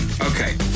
Okay